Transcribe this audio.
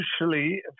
usually